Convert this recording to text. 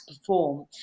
perform